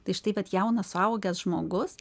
tai štai vat jaunas suaugęs žmogus